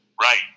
Right